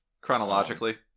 Chronologically